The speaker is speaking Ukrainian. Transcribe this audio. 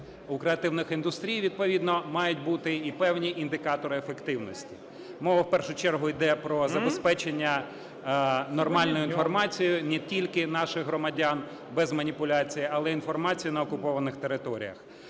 У креативних індустрій, відповідно, мають бути і певні індикатори ефективності. Мова в першу чергу йде про забезпечення нормальною інформацією не тільки наших громадян без маніпуляції, але і інформацією на окупованих територіях.